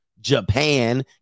japan